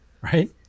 right